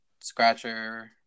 Scratcher